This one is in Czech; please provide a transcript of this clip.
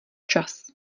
čas